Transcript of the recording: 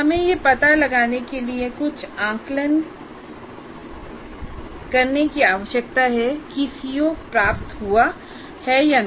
हमें यह पता लगाने के लिए कुछ आकलन करने की आवश्यकता है कि सीओ प्राप्त हुआ है या नहीं